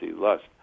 lust